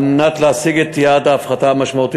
על מנת להשיג את יעד ההפחתה המשמעותית